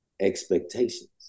Expectations